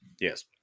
Yes